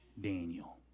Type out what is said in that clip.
Daniel